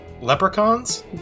Leprechauns